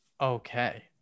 Okay